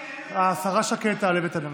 השרה שקד תעלה ותשיב.